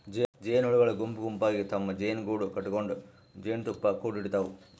ಜೇನಹುಳಗೊಳ್ ಗುಂಪ್ ಗುಂಪಾಗಿ ತಮ್ಮ್ ಜೇನುಗೂಡು ಕಟಗೊಂಡ್ ಜೇನ್ತುಪ್ಪಾ ಕುಡಿಡ್ತಾವ್